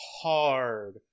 hard